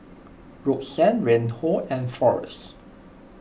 Roxann Reinhold and forrest